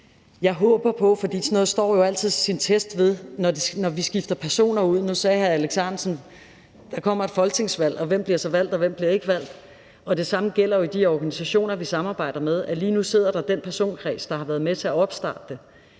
Jeg håber på kontinuitet, for sådan noget står jo altid sin test, når vi skifter personer ud, og nu sagde hr. Alex Ahrendtsen, at der kommer et folketingsvalg, og hvem bliver så valgt, hvem bliver ikke valgt? Det samme gælder jo i de organisationer, vi samarbejder med. Lige nu sidder der den personkreds, der har været med til at starte det.